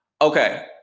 Okay